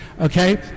okay